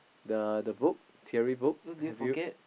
the book theory book have you